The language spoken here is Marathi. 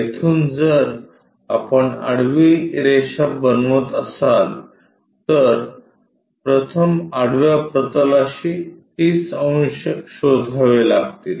येथून जर आपण आडवी रेषा बनवत असाल तर प्रथम आडव्या प्रतलाशी 30 अंश शोधावे लागतील